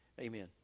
amen